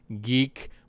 geek